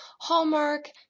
Hallmark